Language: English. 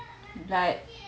right